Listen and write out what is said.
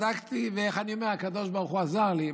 ובדקתי, ואיך אני אומר, הקדוש ברוך הוא עזר לי.